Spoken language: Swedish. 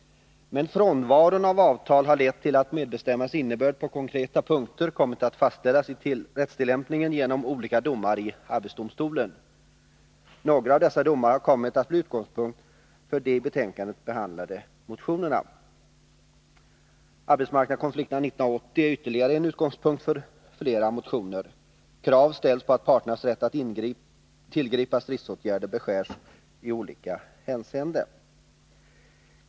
Men frånvaron av avtal har lett till att medbestämmandets innebörd på konkreta punkter kommit att fastställas i rättstillämpningen genom olika domar i arbetsdomstolen. Några av dessa domar har kommit att bli utgångspunkt för de i betänkandet behandlade motionerna. Arbetsmarknadskonflikterna 1980 är ytterligare en utgångspunkt för flera motioner. Krav ställs på att parternas rätt att tillgripa stridsåtgärder beskärs i olika hänseenden.